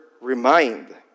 remind